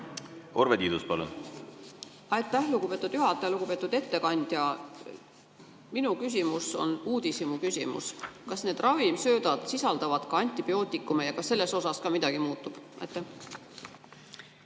Urve Tiidus, palun! Aitäh, lugupeetud juhataja! Lugupeetud ettekandja! Minu küsimus on uudishimuküsimus. Kas ravimsöödad sisaldavad ka antibiootikume ja kas selles asjas ka midagi muutub? Aitäh,